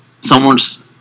Someone's